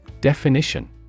Definition